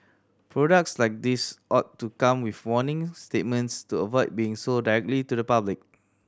products like these ought to come with warning statements to avoid being sold directly to the public